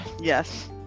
yes